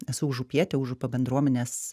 esu užupietė užupio bendruomenės